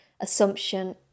assumption